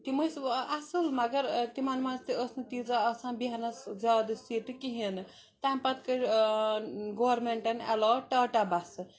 تِم ٲسۍ اَصٕل مگر تِمَن مَنٛز تہِ ٲس نہٕ تیٖژاہ آسان بیٚہنَس زیادٕ سیٖٹہٕ کِہیٖنۍ نہٕ تَمہِ پَتہٕ کٔر گورمٮ۪نٛٹَن اٮ۪لاٹ ٹاٹا بَسہٕ